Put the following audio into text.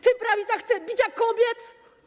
Czy prawica chce bicia kobiet?